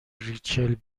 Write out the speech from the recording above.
ریچل